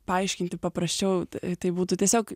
paaiškinti paprasčiau tai būtų tiesiog